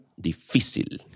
difícil